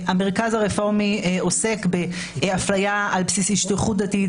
המרכז הרפורמי עוסק באפליה על בסיס השתייכות דתית,